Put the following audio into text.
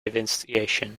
investigation